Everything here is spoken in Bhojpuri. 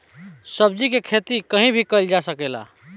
सब्जी के खेती कहीं भी कईल जा सकेला